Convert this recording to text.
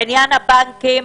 בעניין הבנקים,